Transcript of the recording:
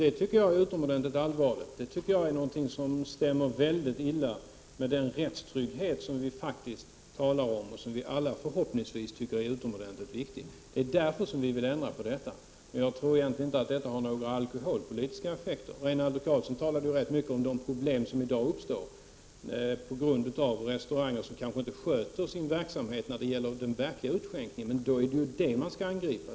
Det tycker jag är utomordentligt allvarligt och stämmer väldigt illa med den rättstrygghet som vi faktiskt talar om och som vi förhoppningsvis alla tycker är utomordentligt viktig. Därför vill vi ändra på detta. Jag tror inte att en indragning har någon alkoholpolitisk effekt. Rinaldo Karlsson talade mycket om det problem som i dag uppstår på grund av att restaurangerna inte sköter sig när det gäller den verkliga utskänkningen. Men då är detta det man måste angripa.